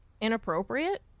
inappropriate